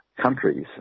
countries